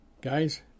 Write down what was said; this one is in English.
Guys